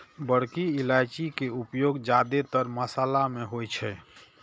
बड़की इलायची के उपयोग जादेतर मशाला मे होइ छै